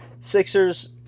Sixers